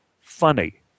funny